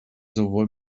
sowohl